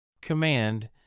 Command